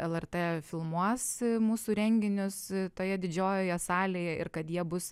el er t filmuos mūsų renginius toje didžiojoje salėje ir kad jie bus